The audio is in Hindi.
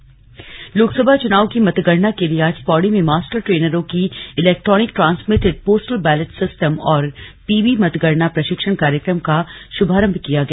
मतगणना प्रशिक्षण पौड़ी लोकसभा चुनाव की मतगणना के लिए आज पौड़ी में मास्टर ट्रेनरों की electronic transmitted postal ballot system PB मतगणना प्रशिक्षण कार्यक्रम का शुभारम्भ किया गया